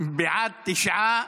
בעד, תשעה,